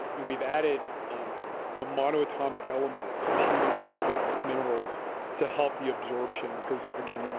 and we've added um you know monoatomic element, some humic, fulvic minerals to help the absorption because again, you know